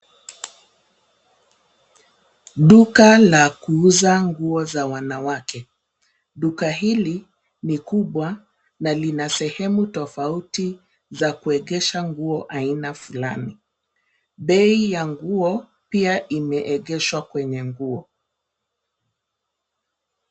Duka la kuuza nguo za wanawake. Duka hili ni kubwa na lina sehemu tofauti za kuwekesha nguo aina fulani. Bei ya nguo pia imeegeshwa kwenye nguo.